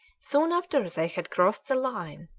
soon after they had crossed the line,